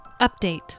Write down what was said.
Update